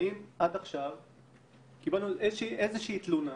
האם עד עכשיו קיבלנו איזו שהיא תלונה